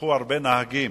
נרצחו הרבה נהגים,